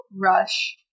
rush